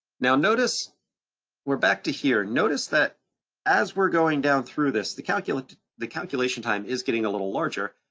now notice we're back to here. notice that as we're going down through this, the calculation the calculation time is getting a little larger,